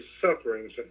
sufferings